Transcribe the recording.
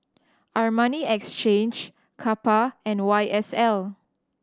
Armani Exchange Kappa and Y S L